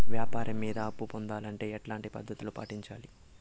వ్యాపారం మీద అప్పు పొందాలంటే ఎట్లాంటి పద్ధతులు పాటించాలి?